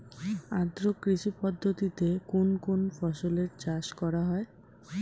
আদ্র কৃষি পদ্ধতিতে কোন কোন ফসলের চাষ করা হয়?